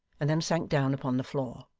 and then sank down upon the floor.